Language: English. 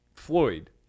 floyd